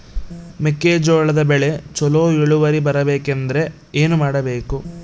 ಮೆಕ್ಕೆಜೋಳದ ಬೆಳೆ ಚೊಲೊ ಇಳುವರಿ ಬರಬೇಕಂದ್ರೆ ಏನು ಮಾಡಬೇಕು?